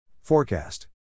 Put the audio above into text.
Forecast